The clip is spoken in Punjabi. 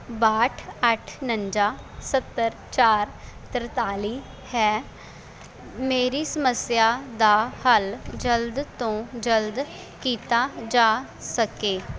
ਬਾਹਟ ਅੱਠ ਉਣੰਜਾ ਸੱਤਰ ਚਾਰ ਤਰਤਾਲੀ ਹੈ ਮੇਰੀ ਸਮੱਸਿਆ ਦਾ ਹੱਲ ਜਲਦ ਤੋਂ ਜਲਦ ਕੀਤਾ ਜਾ ਸਕੇ